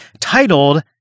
titled